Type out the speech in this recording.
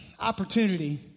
opportunity